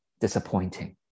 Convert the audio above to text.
disappointing